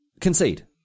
Concede